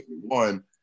One